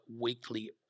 weekly